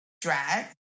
drag